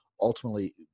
ultimately